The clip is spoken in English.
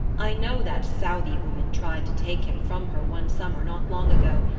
i know that southey woman tried to take him from her one summer not long ago,